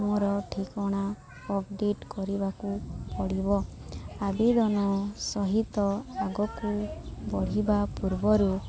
ମୋର ଠିକଣା ଅପଡ଼େଟ୍ କରିବାକୁ ପଡ଼ିବ ଆବେଦନ ସହିତ ଆଗକୁ ବଢ଼ିବା ପୂର୍ବରୁ